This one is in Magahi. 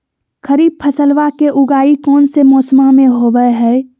खरीफ फसलवा के उगाई कौन से मौसमा मे होवय है?